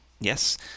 Yes